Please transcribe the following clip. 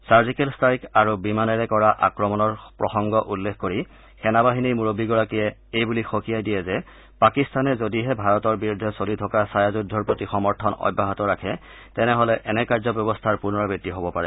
surgical strike আৰু বিমানেৰে কৰা আক্ৰমণৰ প্ৰসংগ উল্লেখ কৰি সেনা বাহিনীৰ মুৰববীগৰাকীয়ে এই বুলি সকীয়াই দিয়ে যে পাকিস্তানে যদিহে ভাৰতৰ বিৰুদ্ধে চলি থকা ছায়া যুদ্ধৰ প্ৰতি সমৰ্থন অব্যাহত ৰাখে তেনেহলে এনে কাৰ্যব্যৱস্থাৰ পুনৰাবৃত্তি হ'ব পাৰে